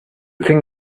thing